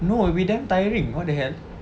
no it will be damn tiring what the hell